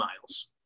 miles